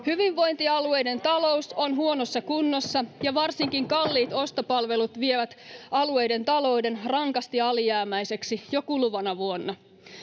Hyvinvointialueiden talous on huonossa kunnossa, ja varsinkin kalliit ostopalvelut vievät alueiden talouden rankasti alijäämäiseksi jo kuluvana vuonna.